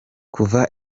kuva